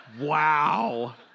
Wow